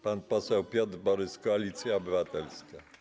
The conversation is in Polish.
Pan poseł Piotr Borys, Koalicja Obywatelska.